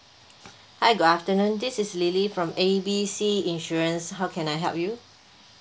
hi good afternoon this is lily from A B C insurance how can I help you